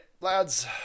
lads